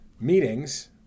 meetings